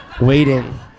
waiting